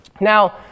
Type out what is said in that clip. Now